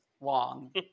Long